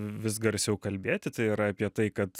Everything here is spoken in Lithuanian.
vis garsiau kalbėti tai yra apie tai kad